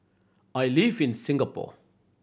I live in Singapore